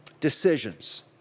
Decisions